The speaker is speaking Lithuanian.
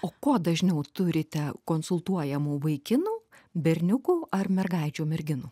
o ko dažniau turite konsultuojamų vaikinų berniukų ar mergaičių merginų